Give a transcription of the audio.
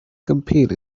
compete